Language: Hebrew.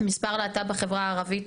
את מספר להט״ב בחברה הערבית,